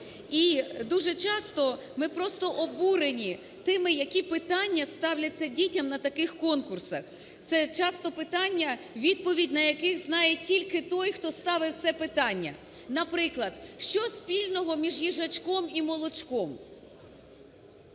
І дуже часто ми просто обурені тими, які питання ставляться дітям на таких конкурсах. Це часто питання, відповідь на які знає тільки той, хто ставив це питання. Наприклад, що спільного між їжачком і молочком?